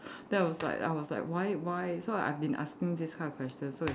that was like I was like why why so I've been asking this kind of questions so it's like